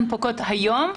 הן פוקעות היום.